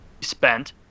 spent